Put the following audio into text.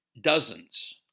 Dozens